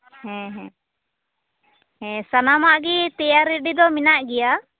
ᱦᱮᱸ ᱦᱮᱸ ᱦᱮᱸ ᱥᱟᱱᱟᱢᱟᱜ ᱜᱮ ᱛᱮᱭᱟᱨ ᱨᱮᱰᱤ ᱫᱚ ᱢᱮᱱᱟᱜ ᱜᱮᱭᱟ